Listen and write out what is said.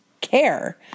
care